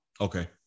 Okay